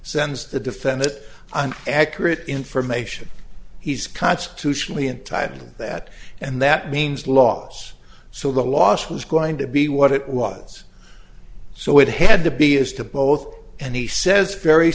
sends the defendant and accurate information he's constitutionally entitled to that and that means loss so the loss was going to be what it was so it had to be is to both and he says very